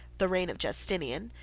the reign of justinian,